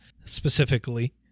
specifically